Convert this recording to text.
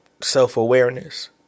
self-awareness